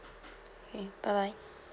okay bye bye